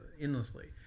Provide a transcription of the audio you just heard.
endlessly